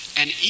And